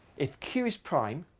if q is prime,